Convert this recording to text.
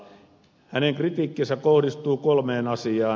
hänen kritiikkinsä kohdistuu kolmeen asiaan